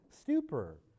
stupor